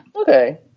okay